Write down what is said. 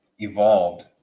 evolved